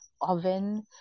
oven